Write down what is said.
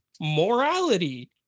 morality